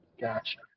Gotcha